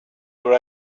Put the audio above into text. were